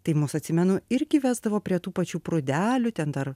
tai mus atsimenu irgi vesdavo prie tų pačių prūdelių ten dar